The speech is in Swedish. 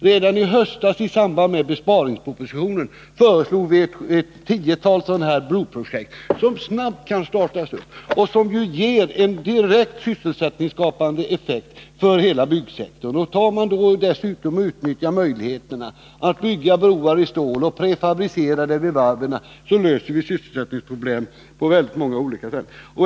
Redan i höstas i samband med besparingspropositionen föreslog vi ett tiotal broprojekt som snabbt kunde startas och som skulle ge en direkt sysselsättningsskapande effekt för hela byggsektorn. Utnyttjar vi dessutom möjligheterna att bygga broar i stål och prefabricerar dem i varven, löser vi sysselsättningsproblemen på många olika sätt.